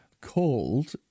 called